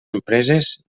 empreses